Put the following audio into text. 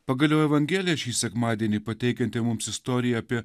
pagaliau evangelija šį sekmadienį pateikianti mums istoriją apie